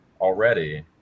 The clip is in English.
already